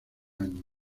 año